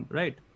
right